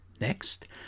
Next